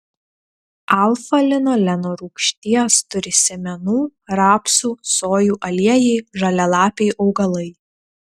alfa linoleno rūgšties turi sėmenų rapsų sojų aliejai žalialapiai augalai